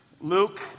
Luke